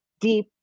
deep